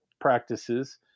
practices